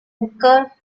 hooker